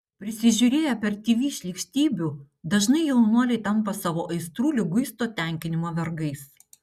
prisižiūrėję per tv šlykštybių dažnai jaunuoliai tampa savo aistrų liguisto tenkinimo vergais